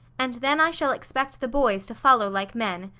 and then i shall expect the boys to follow like men.